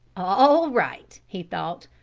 all right, he thought,